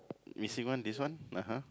missing one this one uh !huh!